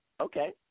Okay